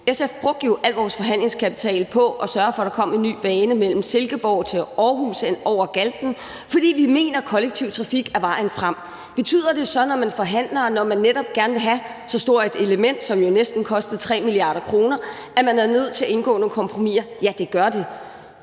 SF brugte vi jo al vores forhandlingskapital på at sørge for, at der kom en ny bane mellem Silkeborg og Aarhus over Galten, fordi vi mener, at kollektiv trafik er vejen frem. Betyder det så, når man forhandler og netop gerne vil have så stort et element, som jo næsten kostede 3 mia. kr., at man er nødt til at indgå nogle kompromiser? Ja, det gør det.